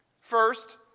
First